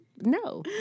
No